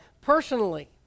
personally